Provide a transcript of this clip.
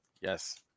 Yes